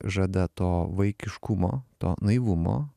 žada to vaikiškumo to naivumo